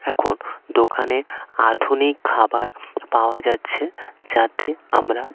এখন দোকানে আধুনিক খাবার পাওয়া যাচ্ছে যাতে আমরা